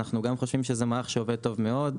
ואנחנו גם חושבים שזה מערך שעובד טוב מאוד,